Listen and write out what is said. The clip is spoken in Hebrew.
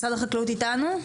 משרד החקלאות איתנו?